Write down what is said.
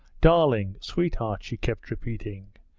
darling, sweetheart she kept repeating,